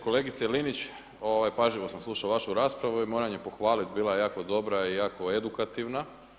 Kolegice Linić, pažljivo sam slušao vašu raspravu i moram je pohvalit, bila je jako dobra i jako edukativna.